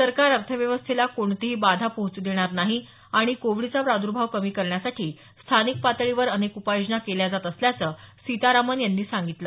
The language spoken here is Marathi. सरकार अर्थव्यवस्थेला कोणतीही बाधा पोहोचू देणार नाही आणि कोविडचा प्रादर्भाव कमी करण्यासाठी स्थानिक पातळीवर अनेक उपाययोजना केल्या जात असल्याचं सीतारामन म्हणाल्या